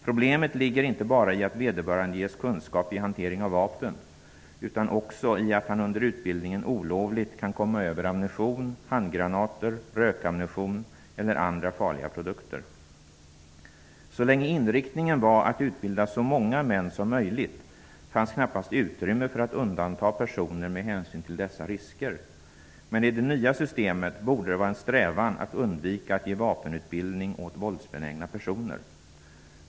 Problemet ligger inte bara i att vederbörande ges kunskap i hantering av vapen utan också i att han under utbildningen olovligt kan komma över ammunition, handgranater, rökammunition eller andra farliga produkter. Så länge inriktningen var att utbilda så många män som möjligt fanns knappast utrymme för att undanta personer med hänsyn till dessa risker. Men i det nya systemet borde det vara en strävan att undvika att ge vapenutbildning åt våldsbenägna personer.